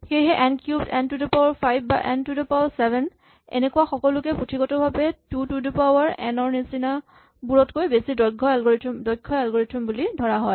সেয়েহে n cubed n to the power five n to the power seven এনেকুৱা সকলোকে পুথিগতভাৱে two to the power n ৰ নিচিনা বোৰতকৈ বেছি দক্ষ এলগৰিথম বুলি ধৰা হয়